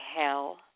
hell